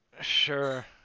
Sure